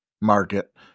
market